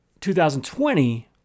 2020